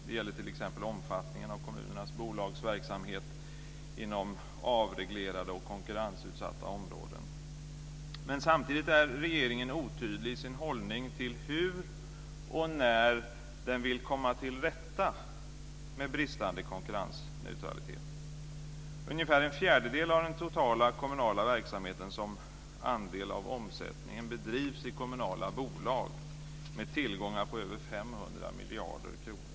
Det gäller t.ex. omfattningen av kommunernas bolagsverksamhet inom avreglerade och konkurrensutsatta områden. Men samtidigt är regeringen otydlig i sin hållning till hur och när den vill komma till rätta med bristande konkurrensneutralitet. Ungefär en fjärdedel av den totala kommunala verksamheten som andel av omsättningen bedrivs i kommunala bolag med tillgångar på över 500 miljarder kronor.